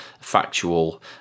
factual